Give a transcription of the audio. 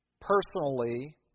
personally